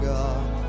God